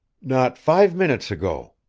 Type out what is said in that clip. not five minutes ago.